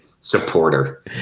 supporter